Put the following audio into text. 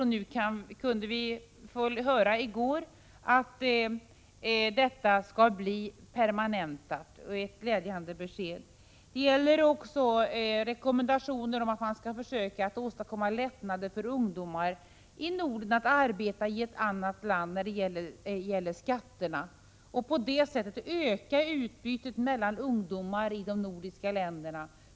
I går fick vi höra att detta skall bli permanent — ett glädjande besked. Det har också gjorts rekommendationer om att man när det gäller skatterna skall försöka göra det lättare för ungdomar i Norden att arbeta i ett annat land för att på det sättet öka utbytet mellan ungdomar i de nordiska länderna.